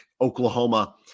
Oklahoma